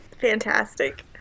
Fantastic